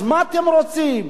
אז מה אתם רוצים?